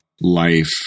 life